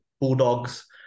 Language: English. Bulldogs